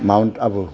Mount Abu